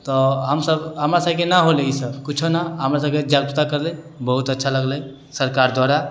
तऽ हमसब हमरा सबके नहि होलै ईसब किछु नहि हमरा सबके जागरूकता करिलै बहुत अच्छा लागलै सरकार द्वारा